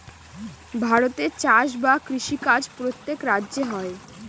ভারতে চাষ বা কৃষি কাজ প্রত্যেক রাজ্যে হয়